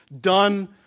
done